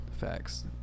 Facts